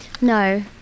No